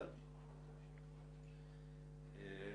תודה רבה, הישיבה נעולה.